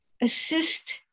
assist